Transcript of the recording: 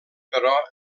però